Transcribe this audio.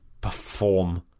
perform